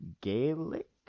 Gaelic